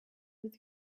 with